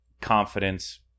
confidence